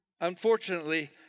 unfortunately